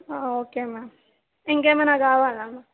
okay ma'am ఇంకేమైనా కావాలా ma'am